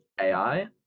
AI